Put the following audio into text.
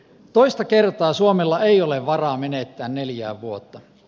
toista kertaa suomella ei ole varaa menettää neljää vuotta